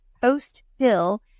post-pill